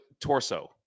torso